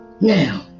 Now